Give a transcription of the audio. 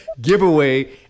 giveaway